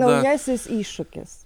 naujasis iššūkis